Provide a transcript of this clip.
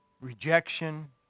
Rejection